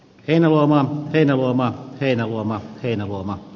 ennen lomaa elomaa heinäluoma heinäluoma